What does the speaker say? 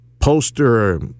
poster